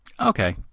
Okay